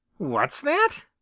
what's that?